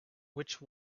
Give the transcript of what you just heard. which